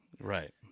Right